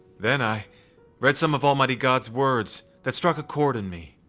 then i read some of almighty god's words that struck a chord in me.